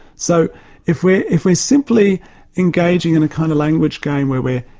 so if we're if we're simply engaging in a kind of language game, where we're,